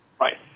Right